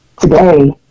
today